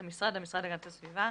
"המשרד" המשרד להגנת הסביבה".